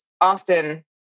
often